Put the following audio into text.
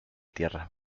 tierras